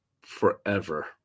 forever